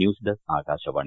news desk Akashvani